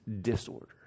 disorder